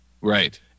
Right